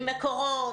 עם מקורות,